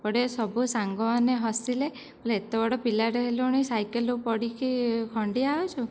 ପଡ଼ିବାରୁ ସବୁ ସାଙ୍ଗମାନେ ହସିଲେ କହିଲେ ଏତେ ବଡ଼ ପିଲାଟିଏ ହେଲୁଣି ସାଇକେଲରୁ ପଡ଼ିକି ଖଣ୍ଡିଆ ହେଉଛୁ